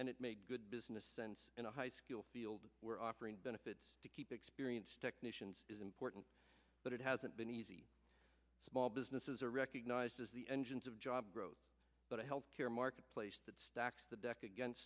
and it made good business sense in a high school field we're offering benefits to keep experienced technicians is important but it hasn't been easy small businesses are recognized as the engines of job growth but health care marketplace that stacks the deck against